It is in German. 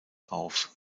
auf